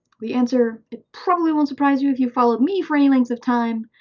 the answer, it probably won't surprise you if you followed me for any length of time,